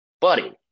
buddy